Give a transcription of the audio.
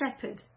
shepherd